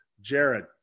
Jared